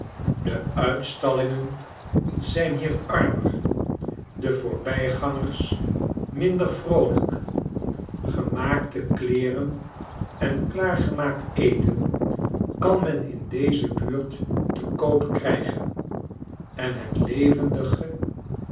de uitstallingen zijn hier armer de voorbijgangers minder vroolijk gemaakte kleeren en klaargemaakt eten kan men in deze buurt te koop krijgen en het levendig